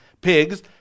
pigs